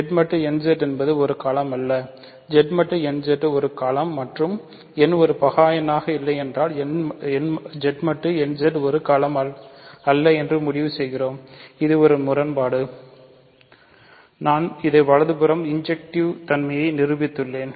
Z மட்டு nZ என்பது ஒரு களம் தன்மையை நிரூபித்துள்ளேன்